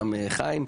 גם חיים,